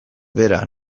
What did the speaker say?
bera